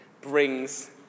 brings